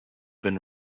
been